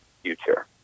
future